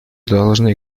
должны